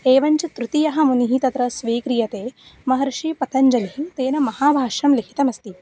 एवं च तृतीयः मुनिः तत्र स्वीक्रियते महर्षि पतञ्जलिः तेन महाभाष्यं लिखितमस्ति